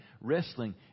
wrestling